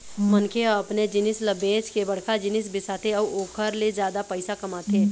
मनखे ह अपने जिनिस ल बेंच के बड़का जिनिस बिसाथे अउ ओखर ले जादा पइसा कमाथे